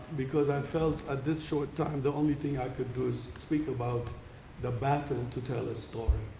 because i felt at this short time the only thing i could do is speak about the battle to tell the story.